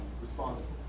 responsible